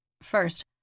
First